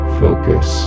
focus